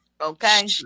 okay